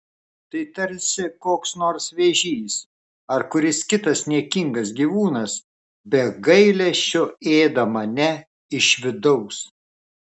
tai tarsi koks nors vėžys ar kuris kitas niekingas gyvūnas be gailesčio ėda mane iš vidaus